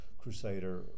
crusader